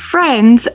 Friends